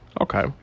Okay